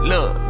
Look